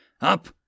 Up